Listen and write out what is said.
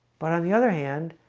but on the other hand,